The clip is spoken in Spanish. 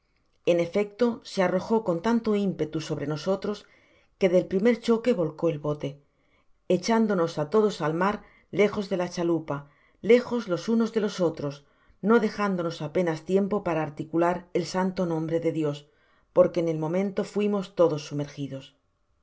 en efecto se arrojó con tanto impetu sobre nosotros que del primer choque volcó el bote echándonos á tedos al mar lejos de la resaca movimiento retrogrado de las olas despues que han ido a estrellarse con impetuosidad en la costa content from google book search generated at chalupa lejos los unos de los otros no dejándonos apenas tiempo para articular el santo nombre de dios porque en el momento fuimos todos sumergidos